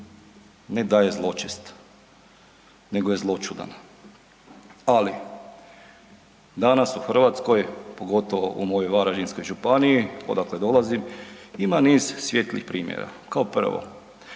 ne da je zločest nego je zloćudan. Ali danas u Hrvatskoj, pogotovo u mojoj Varaždinskoj županiji odakle dolazim, ima niz svijetlih primjera. Kao prvo,